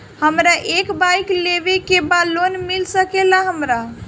हमरा एक बाइक लेवे के बा लोन मिल सकेला हमरा?